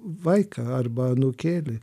vaiką arba anūkėlį